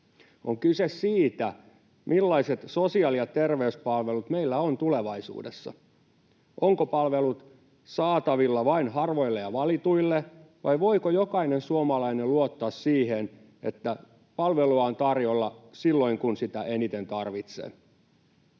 On kyse siitä, millaiset sosiaali- ja terveyspalvelut meillä on tulevaisuudessa, ovatko palvelut saatavilla vain harvoille ja valituille, vai voiko jokainen suomalainen luottaa siihen, että palvelua on tarjolla silloin, kun sitä eniten tarvitsee.